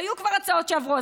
היו כבר הצעות שעברו,